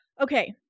Okay